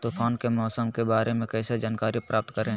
तूफान के मौसम के बारे में कैसे जानकारी प्राप्त करें?